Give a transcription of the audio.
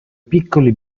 piccoli